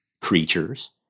creatures